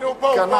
הוא פה.